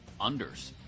Unders